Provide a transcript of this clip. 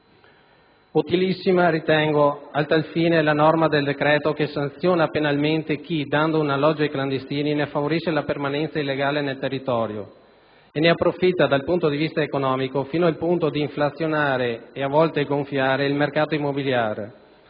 Utilissima a tal fine è la norma del decreto che sanziona penalmente chi, dando un alloggio ai clandestini, ne favorisce la permanenza illegale nel territorio e ne approfitta dal punto di vista economico, fino ad inflazionare e a volte gonfiare il mercato immobiliare,